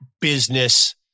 business